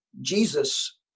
Jesus